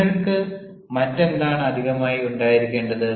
നിങ്ങൾക്ക് മറ്റെന്താണ് അധികമായി ഉണ്ടായിരിക്കേണ്ടത്